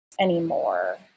anymore